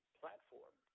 platform